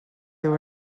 teu